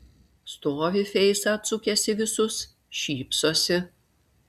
stovi feisą atsukęs į visus šypsosi